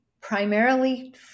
primarily